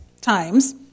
times